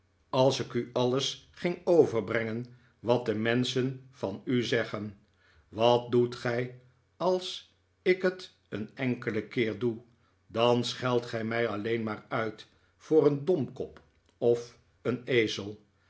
als ik u alles ging overbrengen wat de menschen van u zeggen wat doet gij als ik het een enkelen keer doe dan scheldt gij mij alleen maar uit voor een domkop of een